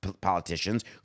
politicians